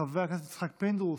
חבר הכנסת יצחק פינדרוס,